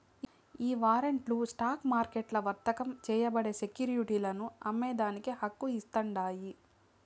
ఈ వారంట్లు స్టాక్ మార్కెట్లల్ల వర్తకం చేయబడే సెక్యురిటీలను అమ్మేదానికి హక్కు ఇస్తాండాయి